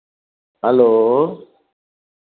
hello